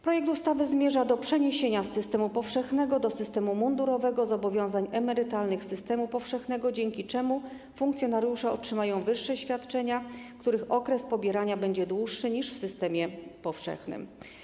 Projekt ustawy zmierza do przeniesienia z systemu powszechnego do systemu mundurowego zobowiązań emerytalnych systemu powszechnego, dzięki czemu funkcjonariusze otrzymają wyższe świadczenia, których okres pobierania będzie dłuższy niż w systemie powszechnym.